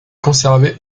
conservé